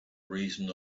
reason